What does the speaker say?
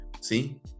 See